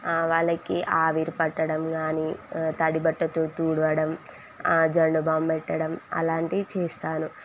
వాళ్ళకి ఆవిరి పట్టడం కానీ తడి బట్టతో తుడవడం జండూ బామ్ పెట్టడం అలాంటివి చేస్తాను